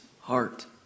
heart